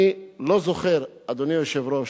אני לא זוכר, אדוני היושב-ראש,